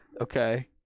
Okay